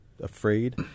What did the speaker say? afraid